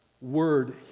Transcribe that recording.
word